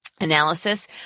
analysis